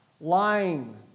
lying